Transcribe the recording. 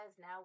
now